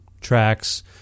tracks